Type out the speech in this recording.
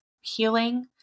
healing